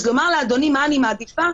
אז לומר לאדוני מה אני מעדיפה?